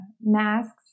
masks